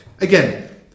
Again